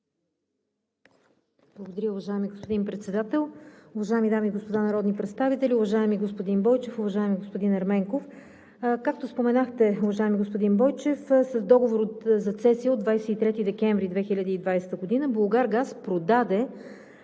Благодаря, уважаеми господин Председател. Уважаеми дами и господа народни представители! Уважаеми господин Бойчев, уважаеми господин Ерменков! Както споменахте, уважаеми господин Бойчев, с договор за цесия от 23 декември 2020 г. „Булгаргаз“ продаде